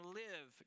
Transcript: live